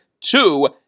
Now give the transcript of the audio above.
Two